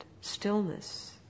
stillness